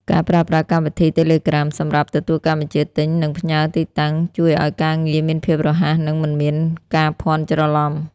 ការប្រើប្រាស់កម្មវិធី តេឡេក្រាម សម្រាប់ទទួលការបញ្ជាទិញ និងផ្ញើទីតាំង ជួយឱ្យការងារមានភាពរហ័ស និងមិនមានការភ័ន្តច្រឡំ។